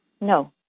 No